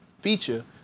feature